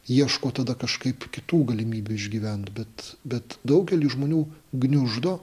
ieško tada kažkaip kitų galimybių išgyvent bet bet daugelį žmonių gniuždo